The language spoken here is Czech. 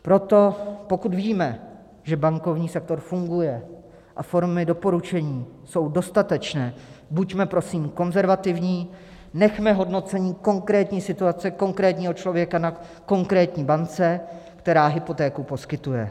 Proto pokud víme, že bankovní sektor funguje a formy doporučení jsou dostatečné, buďme prosím konzervativní, nechme hodnocení konkrétní situace, konkrétního člověka na konkrétní bance, která hypotéku poskytuje.